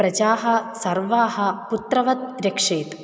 प्रजां सर्वान् पुत्रवत् रक्षेत्